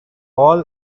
all